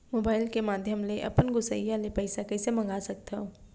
Mobile के माधयम ले अपन गोसैय्या ले पइसा कइसे मंगा सकथव?